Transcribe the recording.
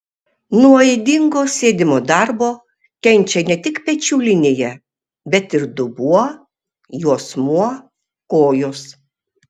nuo ydingo sėdimo darbo kenčia ne tik pečių linija bet ir dubuo juosmuo kojos